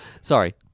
sorry